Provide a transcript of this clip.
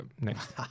next